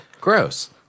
Gross